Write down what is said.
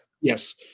Yes